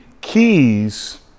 keys